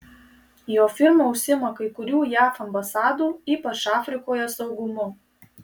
jo firma užsiima kai kurių jav ambasadų ypač afrikoje saugumu